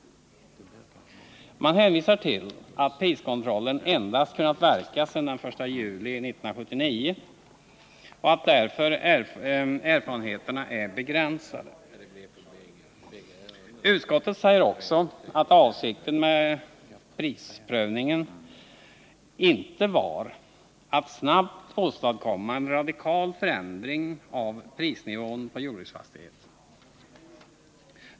Man hänvisar till att priskontrollen endast kunnat verka sedan den 1 juli 1979 och att därför erfarenheterna är begränsade. Utskottet säger också att avsikten med prisövervakningen inte var att snabbt åstadkomma en radikal förändring av prisnivån på jordbruksfastigheter.